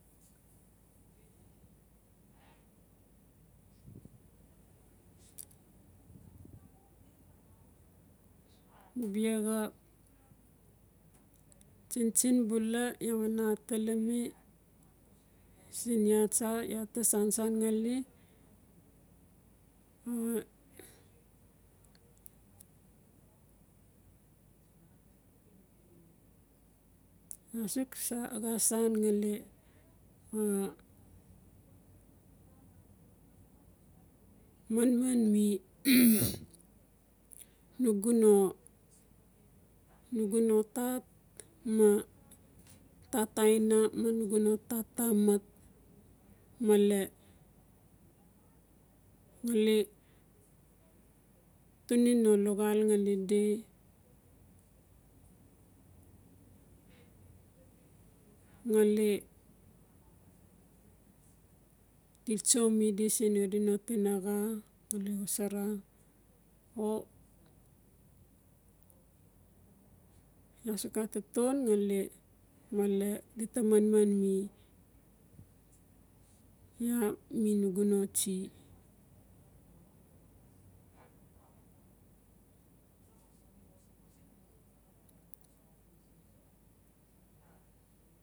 biaxa tsintsin bula iaa wena atalami siin iaa tsa iaa ta sansan ngali. iaa suk xa sangali manman mi nugu no nugu no tat ma tat aina ma nugu no tat tamat male ngali tuni no luxaal ngali si ngali til tsomi di siin abia no tinaxa di bala xosara. O iaa suk xa taton ngali male gita na man mi iaa mi nugu no tsie.